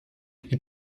die